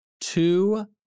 Two